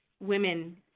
women